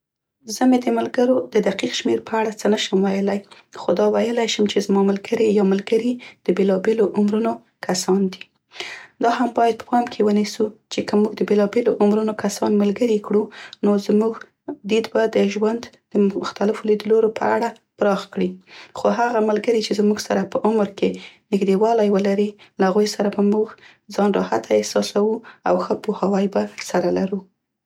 زه مې د ملګرو د دقیق شمیر په اړه څه نشم ویلی خو دا ویلی شم چې زما ملګرې یا ملګري د بیلابیلو عمرونو کسان دي. دا هم باید په پام کې ونیسو چې که موږ د بیلابیلو عمرونو کسان ملګري کړو نو زموږ دید به د ژوند د مختلفو لید لورو په اړه پراخ کړي، خو هغه ملګري چې زموږ سره په عمر کې نیږدې والی ولري، له هغوی سره به موږ ځان راحته احساسوو او ښه پوهاوی به سره لرو.